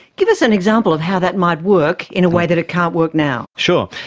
give us an example of how that might work in a way that it can't work now. sure.